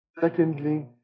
Secondly